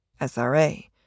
SRA